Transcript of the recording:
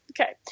Okay